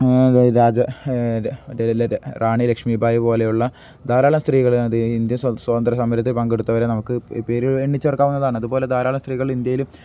റാണി ലക്ഷ്മിബായി പോലെയുള്ള ധാരാളം സ്ത്രീകൾ അത് ഇന്ത്യൻ സ്വാതന്തൃ സമരത്തിൽ പങ്കെടുത്തവരെ നമുക്ക് പേരുകൾ എണ്ണിച്ചേർക്കാവുന്നതാണ് അതുപോലെ ധാരാളം സ്ത്രീകൾ ഇന്ത്യയിലും